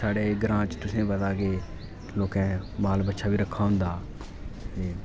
साढ़े ग्रांऽ च तुसेंई पता ऐ की लोकें माल बच्छा बी रक्खे दा होंदा